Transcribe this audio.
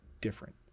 different